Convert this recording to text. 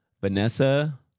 Vanessa